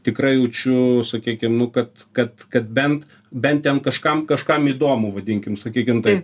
tikrai jaučiu sakykim nu kad kad kad bent bent ten kažkam kažkam įdomu vadinkim sakykim tai